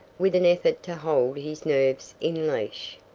with an effort to hold his nerves in leash.